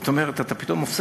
זאת אומרת, אם אתה פתאום מפסיק,